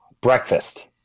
Breakfast